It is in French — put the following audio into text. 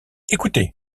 écoutez